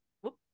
Whoop